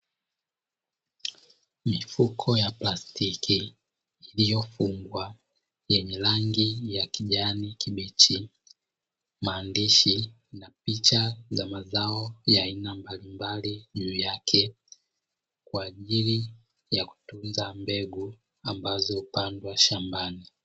Mifuko ya plastiki iliyofungwa yenye rangi ya kijani kibichi, maandishi na picha za mazao ya aina mbalimbali juu yake, kwa ajili ya kutunza mbegu ambazo hupandwa shambani.